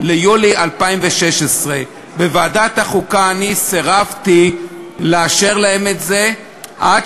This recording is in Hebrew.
ליולי 2016. בוועדת החוקה סירבתי לאשר להם את זה עד